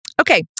Okay